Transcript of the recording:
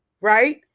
right